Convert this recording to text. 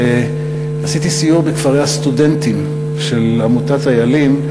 עשיתי סיור בכפרי הסטודנטים של עמותת "איילים".